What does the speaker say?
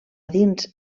dins